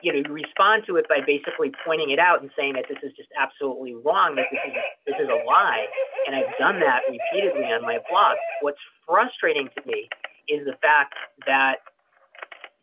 you know respond to it by basically pointing it out and saying that this is just absolutely wrong. that this is ah this is a lie and i've done that repeatedly on my blog. what's frustrating to me is the fact that